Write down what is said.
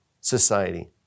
Society